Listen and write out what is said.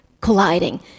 colliding